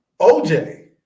OJ